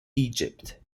egypt